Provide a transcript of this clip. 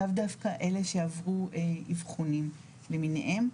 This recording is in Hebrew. לאו דווקא אלה שעברו אבחונים למיניהם.